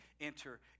enter